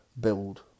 Build